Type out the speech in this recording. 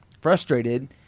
frustrated